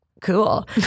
cool